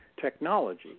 technology